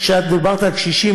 את דיברת על קשישים,